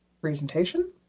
Presentation